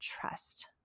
trust